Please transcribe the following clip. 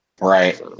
Right